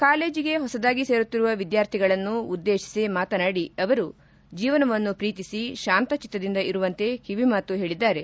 ಕಾಲೇಜಿಗೆ ಹೊಸದಾಗಿ ಸೇರುತ್ತಿರುವ ವಿದ್ಯಾರ್ಥಿರಳನ್ನು ಉದ್ದೇಶಿಸಿ ಮಾತನಾಡಿ ಅವರು ಜೀವನವನ್ನು ಪ್ರೀತಿಸಿ ಶಾಂತಚಿತ್ತದಿಂದ ಇರುವಂತೆ ಕಿವಿ ಮಾತು ಹೇಳದ್ದಾರೆ